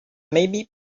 maybe